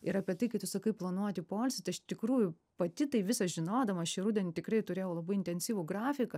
ir apie tai kai tu sakai planuoti poilsį tai iš tikrųjų pati tai visa žinodama šį rudenį tikrai turėjau labai intensyvų grafiką